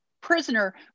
prisoner